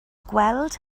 gweld